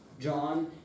John